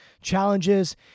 challenges